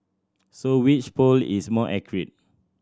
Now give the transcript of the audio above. so which poll is more accurate